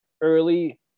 early